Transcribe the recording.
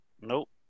Nope